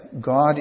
God